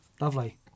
Lovely